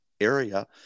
area